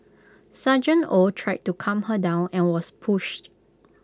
Sgt oh tried to calm her down and was pushed